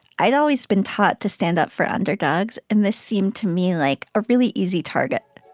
i'd always been taught to stand up for underdogs, and this seemed to me like a really easy target